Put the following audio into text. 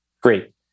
Great